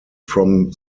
from